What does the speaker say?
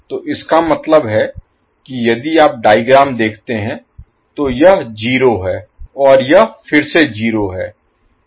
तो इसका मतलब है कि यदि आप डायग्राम देखते हैं तो यह 0 है और यह फिर से 0 है